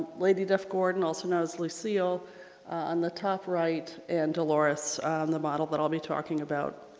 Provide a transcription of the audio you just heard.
lady duff-gordon also known as lucille on the top right and dolores the model that i'll be talking about.